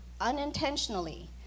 unintentionally